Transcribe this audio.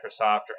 Microsoft